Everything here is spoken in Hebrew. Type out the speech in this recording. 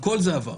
הכול זה עבר,